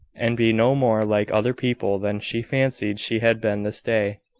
and be no more like other people than she fancied she had been this day.